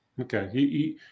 Okay